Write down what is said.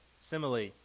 Simile